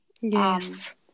Yes